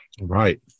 Right